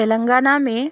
تلنگانہ میں